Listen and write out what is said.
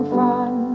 fun